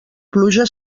pluja